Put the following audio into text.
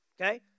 Okay